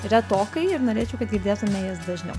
retokai ir norėčiau kad girdėtume jas dažniau